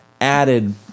added